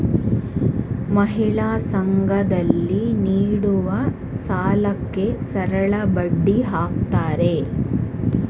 ಮಹಿಳಾ ಸಂಘ ದಲ್ಲಿ ನೀಡುವ ಸಾಲಕ್ಕೆ ಸರಳಬಡ್ಡಿ ಹಾಕ್ತಾರೆ